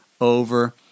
over